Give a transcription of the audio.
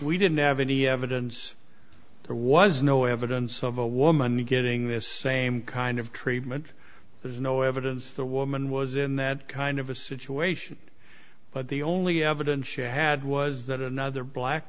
we didn't have any evidence there was no evidence of a woman getting this same kind of treatment there's no evidence the woman was in that kind of a situation but the only evidence she had was that another black